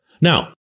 Now